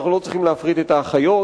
אנחנו לא צריכים להפריט את האחיות,